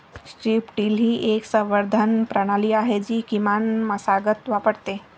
strip till ही एक संवर्धन प्रणाली आहे जी किमान मशागत वापरते